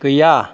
गैया